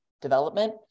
development